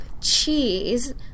cheese